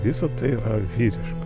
visa tai yra vyriška